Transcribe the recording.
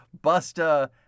Busta